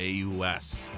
AUS